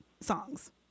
songs